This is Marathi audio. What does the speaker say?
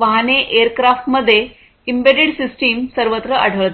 वाहनेएअरक्राफ्टमध्ये एम्बेडेड सिस्टम सर्वत्र आढळते